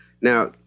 Now